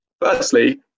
firstly